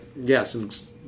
yes